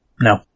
No